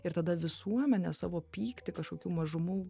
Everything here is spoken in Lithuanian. ir tada visuomenė savo pyktį kažkokių mažumų